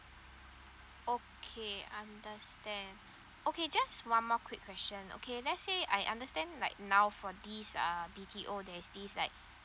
okay understand okay just one more quick question okay let's say I understand like now for this uh B_T_O there's this like